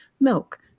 milk